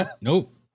nope